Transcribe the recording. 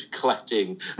collecting